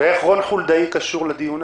ואיך רון חולדאי קשור לזה?